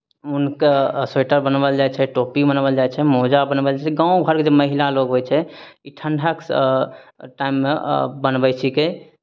ऊनके स्वेटर बनबाओल जाइ छै टोपी बनबाओल जाइ छै मोजा बनबाओल जाइ छै गाँव घरके जे महिला लोग होइ छै ई ठण्ढाके स टाइममे बनबै छिकै